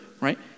right